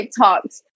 TikToks